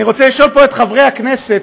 אני רוצה לשאול פה את חברי הכנסת,